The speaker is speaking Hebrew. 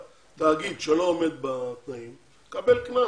תאגיד שלא עומד בתנאים יקבל קנס